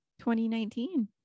2019